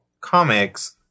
comics